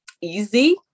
easy